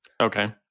Okay